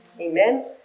Amen